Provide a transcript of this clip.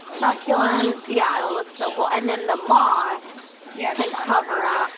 succulents, yeah, it'll look so cool and then the moss yeah can cover up